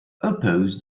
oppose